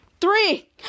Three